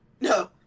no